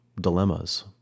dilemmas